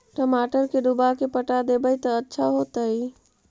टमाटर के डुबा के पटा देबै त अच्छा होतई?